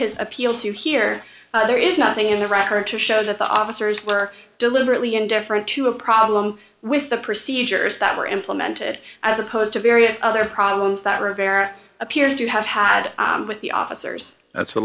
has appealed to here there is nothing in the record to show that the officers were deliberately indifferent to a problem with the procedures that were implemented as opposed to various other problems that rivera appears to have had with the officers that's a